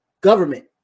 government